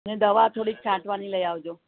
અને દવા થોડીક છાંટવાની લઈ આવજો